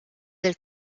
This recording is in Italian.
del